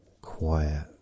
quiet